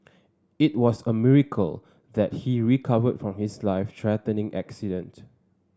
it was a miracle that he recovered from his life threatening accident